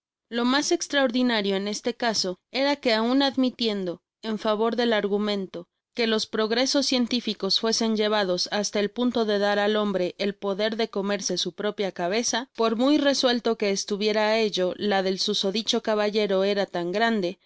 lo mas extraordinario en este caso era que aun admitiendo en favor del argumento que los progresos cientificos fuesen llevados hasta el punto de dar al hombre el poder de comerse su propia cabeza por muy resuelto que estuviera á ello la del susodicho caballero era tan grande